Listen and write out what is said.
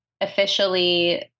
officially